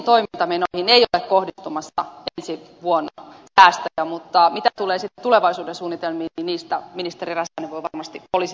poliisin toimintamenoihin ei ole kohdistumassa ensi vuonna säästöjä mutta mitä tulee sitten tulevaisuuden suunnitelmiin niin niistä ministeri räsänen voi varmasti poliisin osalta jatkaa